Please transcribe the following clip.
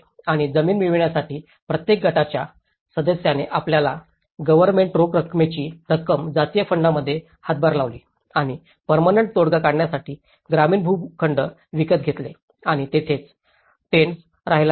आणि जमीन मिळविण्यासाठी प्रत्येक गटाच्या सदस्याने आपल्या गव्हर्नमेंटी रोख रकमेची रक्कम जातीय फंडामध्ये हातभार लावली आणि पर्मनंट तोडगा काढण्यासाठी ग्रामीण भूखंड विकत घेतले आणि तेथेच टेन्ट्सत राहायला गेले